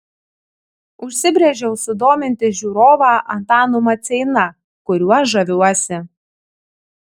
užsibrėžiau sudominti žiūrovą antanu maceina kuriuo žaviuosi